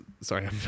Sorry